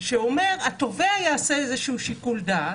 שאומר שהתובע יעשה שיקול דעת,